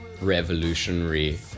revolutionary